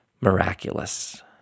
miraculous